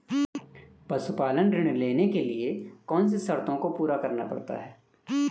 पशुपालन ऋण लेने के लिए कौन सी शर्तों को पूरा करना पड़ता है?